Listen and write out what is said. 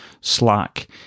slack